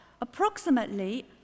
Approximately